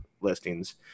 listings